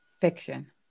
Fiction